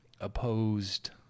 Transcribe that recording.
opposed